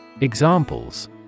Examples